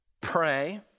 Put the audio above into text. pray